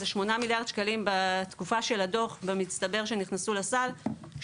מדובר על שמונה מיליארד שקלים שנכנסו לסל במצטבר בתקופה של הדוח,